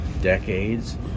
decades